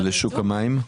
ולשוק המים?